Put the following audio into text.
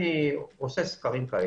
אני עושה סקרים כאלו.